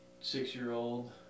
six-year-old